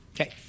Okay